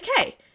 okay